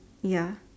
ya